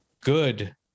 good